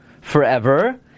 forever